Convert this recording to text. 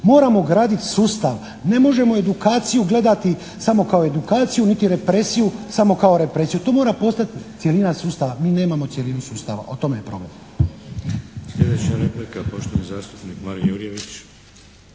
Moramo graditi sustav. Ne možemo edukaciju gledati samo kao edukaciju niti represiju samo kao represiju. To mora postati cjelina sustava. Mi nemamo cjelinu sustava, o tome je problem.